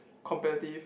competitive